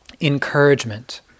encouragement